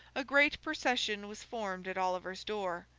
a great procession was formed at oliver's door,